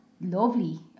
lovely